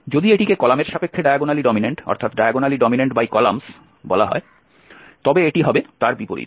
যদি এটিকে কলাম এর সাপেক্ষে ডায়াগোনালি ডমিনেন্ট বলা হয় তবে এটি হবে তার বিপরীত